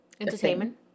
entertainment